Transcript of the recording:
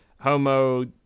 homo